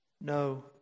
No